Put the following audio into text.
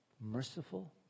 merciful